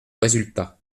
résultat